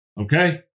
Okay